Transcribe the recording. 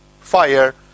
fire